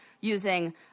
using